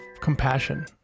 compassion